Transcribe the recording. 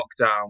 lockdown